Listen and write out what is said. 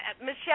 Michelle